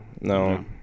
No